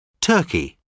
turkey